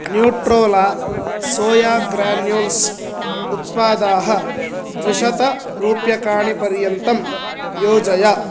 Nutrela soya granules उत्पादाः द्विशतरूप्यकाणि पर्यन्तं योजय